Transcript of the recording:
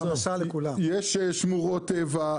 יש שמורות טבע.